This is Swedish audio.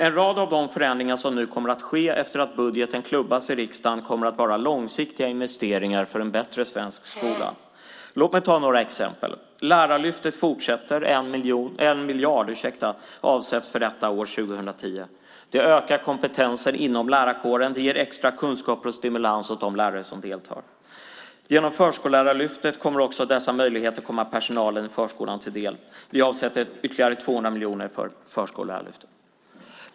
En rad av de förändringar som nu kommer att ske efter att budgeten klubbas i riksdagen kommer att vara långsiktiga investeringar för en bättre svensk skola. Låt mig ta några exempel! Lärarlyftet fortsätter. 1 miljard avsätts för detta år 2010. Det ökar kompetensen inom lärarkåren och ger extra kunskaper och stimulans åt de lärare som deltar. Genom Förskollärarlyftet kommer också dessa möjligheter att komma personalen i förskolan till del. Vi avsätter ytterligare 200 miljoner för Förskollärarlyftet.